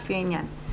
לפי העניין.